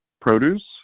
produce